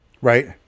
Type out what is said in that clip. Right